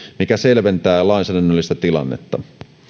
mikä selventää lainsäädännöllistä tilannetta